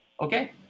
Okay